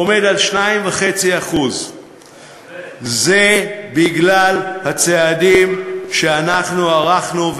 עומד על 2.5%. זה בגלל הצעדים שאנחנו ערכנו,